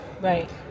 Right